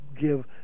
give